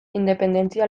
independentzia